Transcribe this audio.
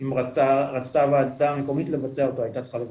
אם רצתה הוועדה המקומית לבצע אותו,